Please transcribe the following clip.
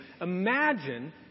imagine